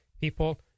people